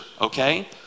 okay